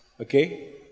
Okay